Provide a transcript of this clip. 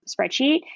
spreadsheet